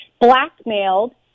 blackmailed